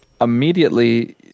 immediately